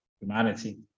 humanity